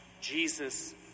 Jesus